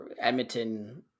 Edmonton